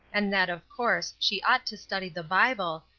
and that, of course, she ought to study the bible,